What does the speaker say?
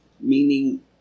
meaning